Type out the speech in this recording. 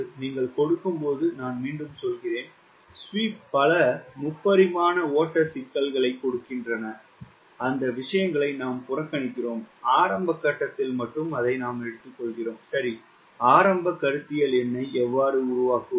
நீங்கள் கொடுக்கும்போது நான் மீண்டும் சொல்கிறேன் ஸ்வீப் பல முப்பரிமாண ஓட்ட சிக்கல்கள் கொடுக்கின்றன அந்த விஷயங்களை நாம் புறக்கணிக்கிறோம் ஆரம்ப கட்டத்தில் மட்டும் எடுத்து கொள்கிறோம் சரி ஆரம்ப கருத்தியல் எண்ணை எவ்வாறு உருவாக்குவது